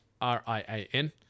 R-I-A-N